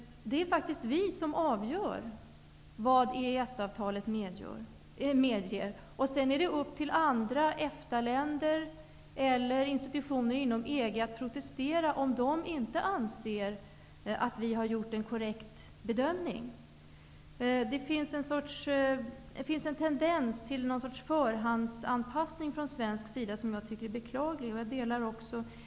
Det är ju faktiskt vi som avgör vad EES-avtalet medger, och sedan är det upp till andra EFTA-länder eller institutioner inom EG att protestera om de inte anser att vi har gjort en korrekt bedömning. Det finns en tendens till en sorts förhandsanpassning från svensk sida, som jag tycker är beklaglig.